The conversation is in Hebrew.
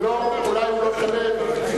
אולי הוא לא שלם.